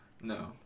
no